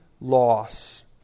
loss